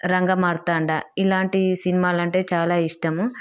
రంగమార్తాండ ఇలాంటి సినిమాలంటే చాలా ఇష్టము